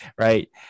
Right